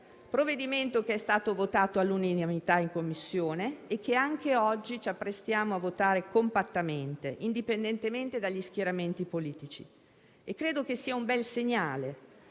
provvedimento è stato votato all'unanimità in Commissione e anche oggi ci apprestiamo a votarlo compattamente, indipendentemente dagli schieramenti politici. Credo sia un bel segnale